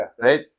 Right